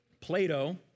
Plato